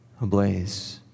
ablaze